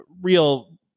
real